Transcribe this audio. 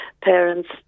parents